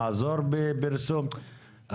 לעזור בפרסום,